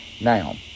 Now